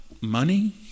money